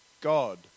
God